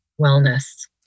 wellness